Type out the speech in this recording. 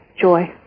joy